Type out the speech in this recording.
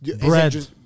Bread